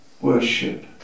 worship